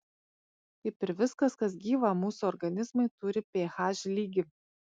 kaip ir viskas kas gyva mūsų organizmai turi ph lygį